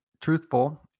truthful